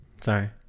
Sorry